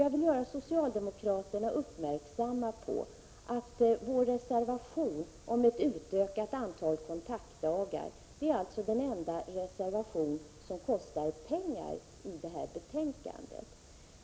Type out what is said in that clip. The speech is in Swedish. Jag vill göra socialdemokraterna uppmärksamma på att vår reservation om en utökning av antalet kontaktdagar är den enda reservation i detta betänkande som kostar pengar.